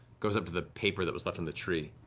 goes up to the paper that was left on the tree.